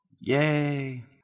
Yay